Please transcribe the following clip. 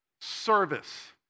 service